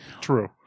True